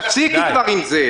תפסיקי עם זה.